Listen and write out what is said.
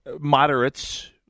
moderates